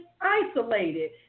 isolated